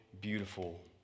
beautiful